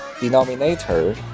denominator